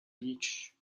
beach